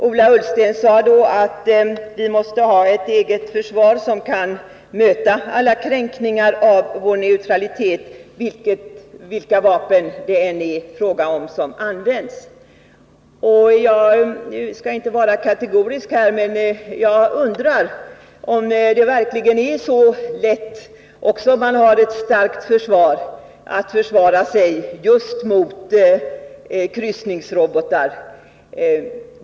Ola Ullsten sade då att vi måste ha ett eget försvar som kan möta alla kränkningar av vår neutralitet, oavsett vilka vapen som används. Jag skall inte vara kategorisk på den här punkten, men jag undrar om det verkligen är så lätt — också om man har ett starkt försvar — att försvara sig just mot kryssningsrobotar.